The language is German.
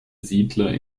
siedler